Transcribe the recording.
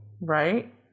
right